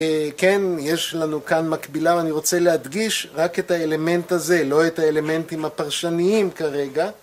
כן, יש לנו כאן מקבילה, ואני רוצה להדגיש רק את האלמנט הזה, לא את האלמנטים הפרשניים כרגע